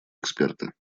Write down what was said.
эксперты